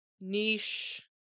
niche